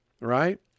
right